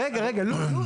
רגע, רגע.